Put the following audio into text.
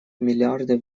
миллиардов